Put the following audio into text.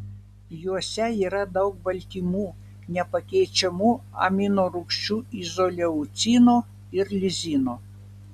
juose yra daug baltymų nepakeičiamų aminorūgščių izoleucino ir lizino